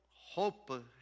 hope